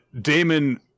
Damon